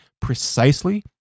precisely